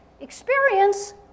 experience